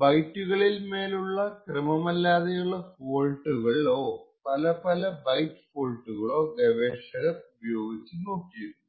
ബൈറ്റ്സുകളിൻമേലുള്ള ക്രെമമല്ലാതെയുള്ള ഫോൾട്ടുകളോ പലപല ബൈറ്റ് ഫോൾട്ടുകളോ ഗവേഷകാർ ഉപയോഗിച്ച് നോക്കിയിരുന്നു